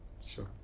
Sure